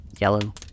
yellow